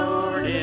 Lord